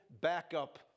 backup